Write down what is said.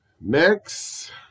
Next